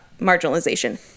marginalization